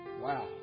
Wow